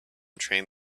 train